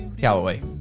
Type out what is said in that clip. Calloway